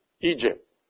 Egypt